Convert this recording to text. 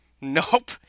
nope